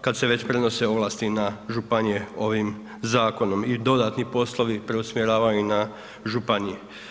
kad se već prenose ovlasti na županije ovim zakonom i dodatni poslovi preusmjeravaju na županije.